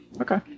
Okay